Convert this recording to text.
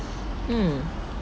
mm